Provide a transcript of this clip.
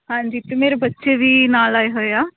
ਹਾਂਜੀ ਅਤੇ ਮੇਰੇ ਬੱਚੇ ਵੀ ਨਾਲ ਆਏ ਹੋਏ ਆ